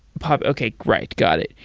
okay. great. got it.